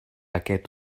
aquest